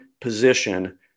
position